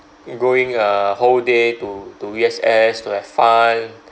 going a whole day to to U_S_S to have fun